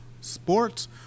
sports